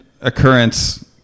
occurrence